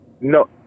No